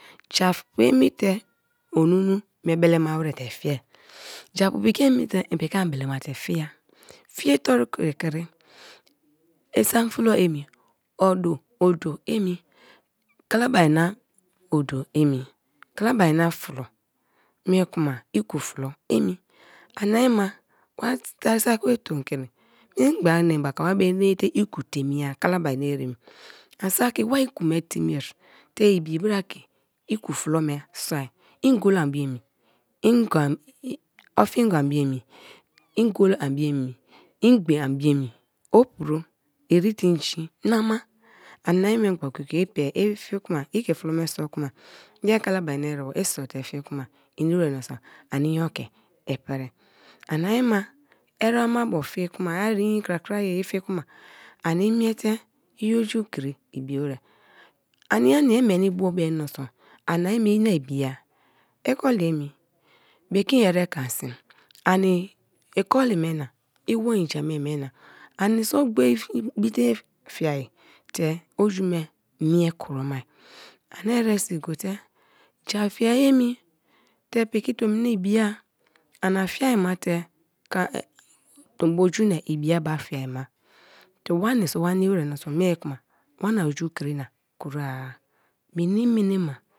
Japu emite onunu me bele ma wer te fiai, japu piki emi teim piki an belemate fia-a, fie toru kri kri isam flo emi, odu, odo enii kalabarira odo emi kalabari na flo mie kuma iku flo emi ani ma wa terii sak me tomkri memgba enebaka wa ma inete iku temie kalabari na ereme an saki wa iku me teniie te ibi bra ke iku flo me soai, ngolo an bio emi ofongo an bio emi opro irite inji, nama ani memgba go-go-ye i pa ifie kuma i ke flo me soa kuma iyer kalabari na erebo i soate fie kuma i inimi ba miniso ani inyo ke i pirii ani ma erema ibo fie kuma krakraye i fie kuma ani omie te i oju kri ibi wer, ania ania i omiete i oju kri ibi wer, ania nia i meni bo bem meniso anima ani ibia, ikolienii bekin erekan sim ani ikoli mena iwo inji a ame me ani so gbor ibite fiaite oju me mie kro ma ani eresi gote, ja fiai enii te piki tom niabi-a ani fiai ma te obu juna ibi a ba fiai ma te wani so wa nimi wer miniso me kuma wani oju krina kura a mene mene na.